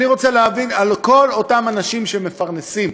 אני רוצה להבין: כל אותם אנשים שמפרנסים,